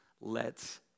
lets